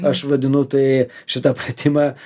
aš vadinu tai šitą pratimą